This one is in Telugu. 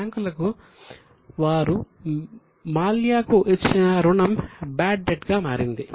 బ్యాంకులకు వారు మాల్యాకు ఇచ్చిన రుణం బాడ్ డెట్ మారింది